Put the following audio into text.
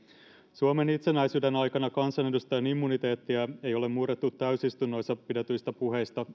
suomen itsenäisyyden aikana kansanedustajan immuniteettia ei ole murrettu täysistunnoissa pidetyistä puheista